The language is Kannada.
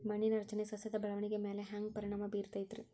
ಮಣ್ಣಿನ ರಚನೆ ಸಸ್ಯದ ಬೆಳವಣಿಗೆ ಮ್ಯಾಲೆ ಹ್ಯಾಂಗ್ ಪರಿಣಾಮ ಬೇರತೈತ್ರಿ?